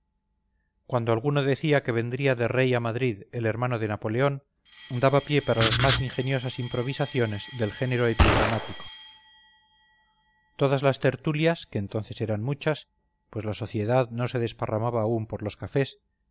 cuando alguno decía que vendría de rey a madrid el hermano de napoleón daba pie para las más ingeniosas improvisaciones del género epigramático todas las tertulias que entonces eran muchas pues la sociedad no se desparramaba aún por los cafés